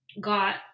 got